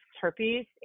herpes